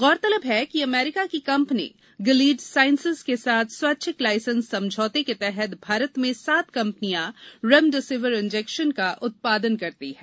गौरतलब है कि अमरीका की कंपनी गिलीड साइंसेज के साथ स्वैच्छिक लाइसेंस समझौते के तहत भारत में सात कंपनियां रेमडेसिविर इन्जेक्शन का उत्पादन करती हैं